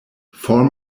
form